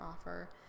offer